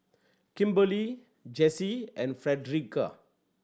Kimberli Jessye and Frederica